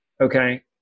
Okay